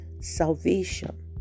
salvation